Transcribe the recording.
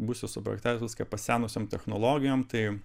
būsi suprojektavęs viską pasenusiom technologijom tai